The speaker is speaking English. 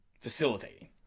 facilitating